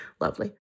lovely